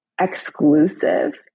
exclusive